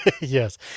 yes